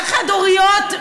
על החד-הוריות,